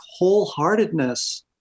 wholeheartedness